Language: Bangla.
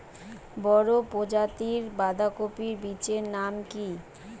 বড় প্রজাতীর বাঁধাকপির বীজের নাম কি?